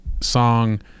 song